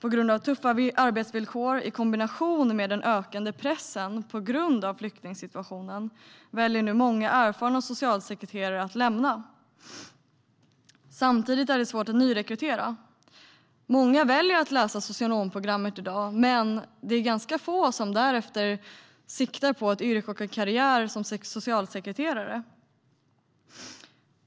Med tuffa arbetsvillkor i kombination med den ökande pressen på grund av flyktingsituationen väljer nu många erfarna socialsekreterare att lämna sin tjänst. Samtidigt är det svårt att nyrekrytera. Många väljer i dag att läsa socionomprogrammet, men det är ganska få som därefter siktar på att göra karriär som socialsekreterare.